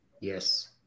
Yes